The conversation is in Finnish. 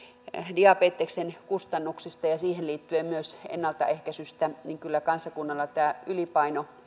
diabeteksen kustannuksista ja ja siihen liittyen myös ennaltaehkäisystä niin kyllä kansakunnalla ylipaino